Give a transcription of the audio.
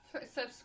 subscribe